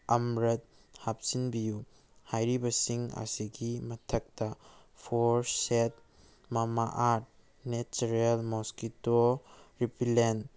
ꯑꯝꯔꯠ ꯍꯥꯞꯆꯤꯟꯕꯤꯌꯨ ꯍꯥꯏꯔꯤꯕꯁꯤꯡ ꯑꯁꯤꯒꯤ ꯃꯊꯛꯇ ꯐꯣꯔ ꯁꯦꯠ ꯃꯃꯥꯑꯥꯔꯠ ꯅꯦꯆꯔꯦꯜ ꯃꯣꯁꯀꯤꯇꯣ ꯔꯤꯄꯤꯂꯦꯟ